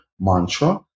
mantra